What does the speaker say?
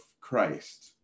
Christ